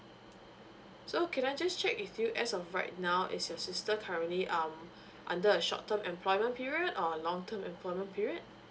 so can I just check with you as of right now is your sister currently um under a short term employment period or long term employment period